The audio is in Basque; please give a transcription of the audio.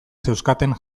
zeuzkaten